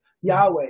Yahweh